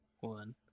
one